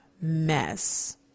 mess